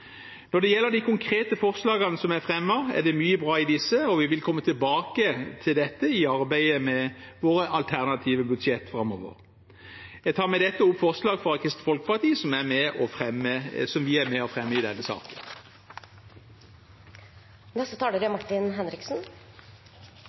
Når det gjelder de konkrete forslagene som er fremmet, er det mye bra i disse, og vi vil komme tilbake til dette i arbeidet med våre alternative budsjetter framover. Det haster å ta grep for å løse lærermangelen i skolen og sikre at elevene møter en kvalifisert lærer i